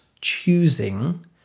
choosing